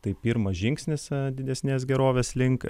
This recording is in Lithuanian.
tai pirmas žingsnis didesnės gerovės link